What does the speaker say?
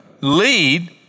lead